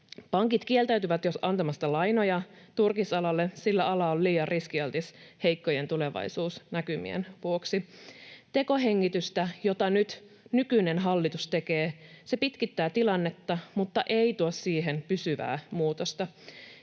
Pankit kieltäytyvät jo antamasta lainoja turkisalalle, sillä ala on liian riskialtis heikkojen tulevaisuusnäkymien vuoksi. Tekohengitys, jota nykyinen hallitus nyt tekee, pitkittää tilannetta mutta ei tuo siihen pysyvää muutosta.